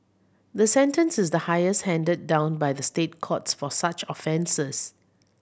the sentence is the highest handed down by the State Courts for such offences